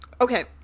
Okay